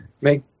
make